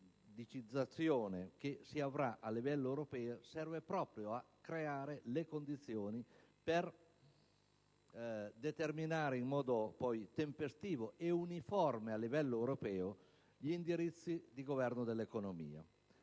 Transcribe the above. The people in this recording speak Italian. periodizzazione che si avrà a livello europeo serve proprio a creare le condizioni per determinare in modo poi tempestivo e uniforme a livello europeo gli indirizzi di governo dell'economia.